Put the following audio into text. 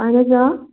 اَہَن حظ آ